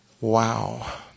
wow